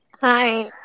Hi